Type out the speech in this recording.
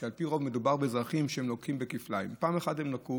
אלא שעל פי רוב מדובר באזרחים שלוקים כפליים: פעם אחת הם לקו